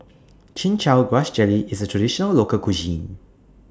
Chin Chow Grass Jelly IS A Traditional Local Cuisine